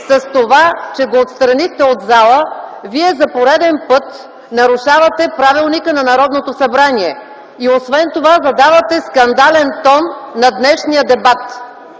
С това, че го отстранихте от залата, Вие за пореден път нарушавате правилника на Народното събрание и освен това задавате скандален тон на днешния дебат.